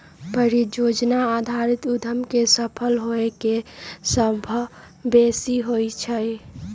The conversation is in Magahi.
परिजोजना आधारित उद्यम के सफल होय के संभावना सभ बेशी होइ छइ